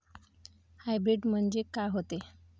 Hybrid म्हनजे का होते?